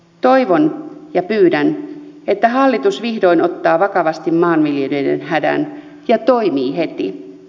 toivon ja pyydän että hallitus vihdoin ottaa vakavasti maanviljelijöiden hädän ja toimii heti